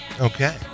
Okay